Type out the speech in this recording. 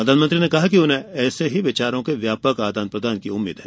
प्रधानमंत्री ने कहा कि उन्हे ऐसे ही विचारों के व्यापक आदान प्रदान की उम्मीद है